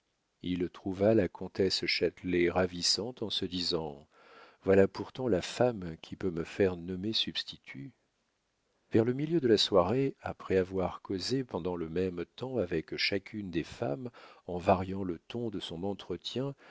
il trouva la comtesse châtelet ravissante en se disant voilà pourtant la femme qui peut me faire nommer substitut vers le milieu de la soirée après avoir causé pendant le même temps avec chacune des femmes en variant le ton de son entretien